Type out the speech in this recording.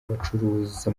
abacuruza